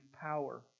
power